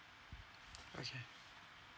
okay